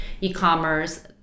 e-commerce